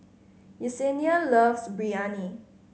Yesenia loves Biryani